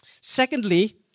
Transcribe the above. Secondly